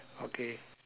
okay